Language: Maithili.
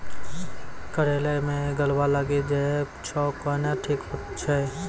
करेला मे गलवा लागी जे छ कैनो ठीक हुई छै?